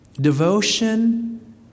Devotion